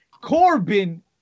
Corbin